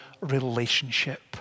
relationship